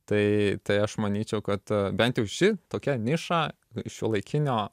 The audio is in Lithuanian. tai tai aš manyčiau kad bent jau ši tokia niša šiuolaikinio